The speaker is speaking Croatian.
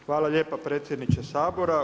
Hvala lijepa predsjedniče Sabora.